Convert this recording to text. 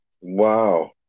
Wow